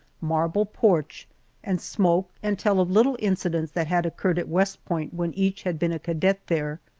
marble porch and smoke and tell of little incidents that had occurred at west point when each had been a cadet there.